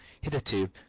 Hitherto